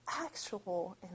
actual